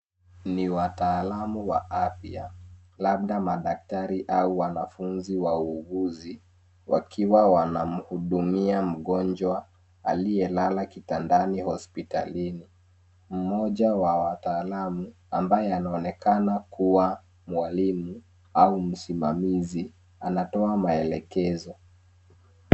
Ni wataalamu wa afya, labda madaktari au wanafunzi wauguzi wakiwa wanamhudumia mgonjwa aliyelala kitandani hospitalini .Mmoja wa wataalamu ambaye anaonekana kuwa mwalimu au msimamizi anatoa maelekezo.